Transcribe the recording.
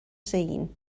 seen